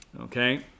Okay